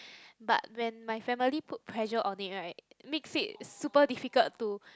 but when my family put pressure on it right makes it super difficult to